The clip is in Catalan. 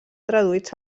traduïts